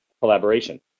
collaboration